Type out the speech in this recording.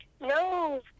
No